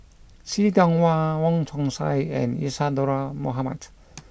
See Tiong Wah Wong Chong Sai and Isadhora Mohamed